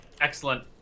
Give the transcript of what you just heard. Excellent